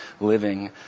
living